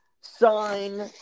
sign